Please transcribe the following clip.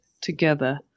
together